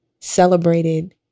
celebrated